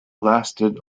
lasted